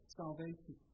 salvation